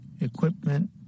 equipment